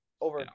over